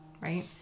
right